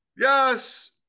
yes